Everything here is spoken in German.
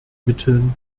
mitteln